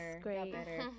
great